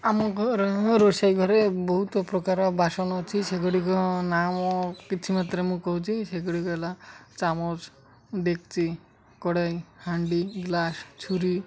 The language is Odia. ଆମ ଘର ରୋଷେଇ ଘରେ ବହୁତ ପ୍ରକାର ବାସନ ଅଛି ସେଗୁଡ଼ିକ ନାମ କିଛି ମାତ୍ର ମୁଁ କହୁଛି ସେଗୁଡ଼ିକ ହେଲା ଚାମଚ ଡେକ୍ଚି କଡ଼ାଇ ହାଣ୍ଡି ଗ୍ଲାସ ଛୁରୀ